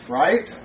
right